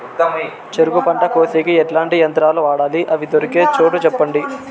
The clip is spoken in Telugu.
చెరుకు పంట కోసేకి ఎట్లాంటి యంత్రాలు వాడాలి? అవి దొరికే చోటు చెప్పండి?